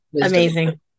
Amazing